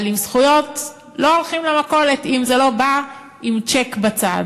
אבל עם זכויות לא הולכים למכולת אם הן לא באות עם צ'ק בצד.